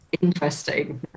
interesting